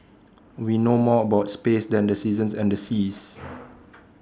we know more about space than the seasons and the seas